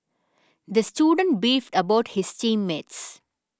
the student beefed about his team mates